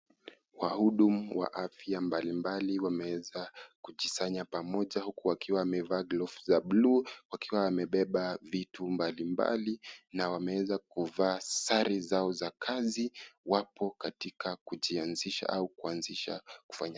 Wahudumu wa afya mbali mbali wameweza kujisanya pamoja huku wakiwa wamevaa gloves za blue wakiwa wamebeba vitu mbali mbali na wameweza kuvaa sare zao za kazi wapo katika kujianzisha au kuanzisha kufanya kazi.